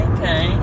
Okay